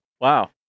Wow